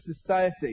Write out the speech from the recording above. society